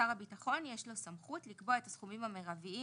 לשר הביטחון יש סמכות לקבוע את הסכומים המרביים